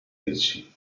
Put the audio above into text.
ricci